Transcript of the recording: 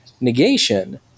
negation